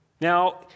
Now